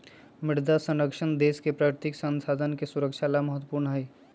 मृदा संरक्षण देश के प्राकृतिक संसाधन के सुरक्षा ला महत्वपूर्ण हई